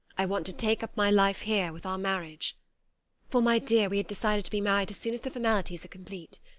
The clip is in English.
i want to take up my life here, with our marriage for, my dear, we had decided to be married as soon as the formalities are complete.